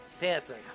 Panthers